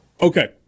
Okay